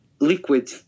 liquid